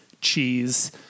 cheese